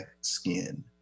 skin